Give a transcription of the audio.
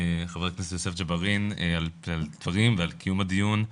חבר הכנסת יוסף ג'בארין על הדברים ועל קיום הדיון.